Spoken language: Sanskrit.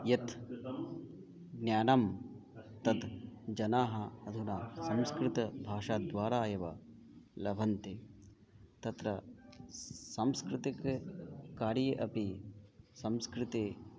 यत् ज्ञानं तत् जनाः अधुना संस्कृतभाषाद्वारा एव लभन्ते तत्र सांस्कृतिककार्ये अपि संस्कृते